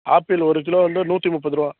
apple ஒரு kilo வந்து நூற்றி முப்பது ரூபா